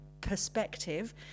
perspective